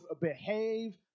behave